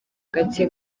gake